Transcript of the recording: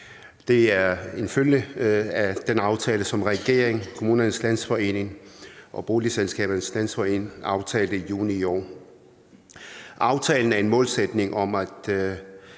Det er en følge af den aftale, som regeringen, Kommunernes Landsforening og Boligselskabernes Landsforening aftalte i juni i år. Aftalen indeholder en målsætning om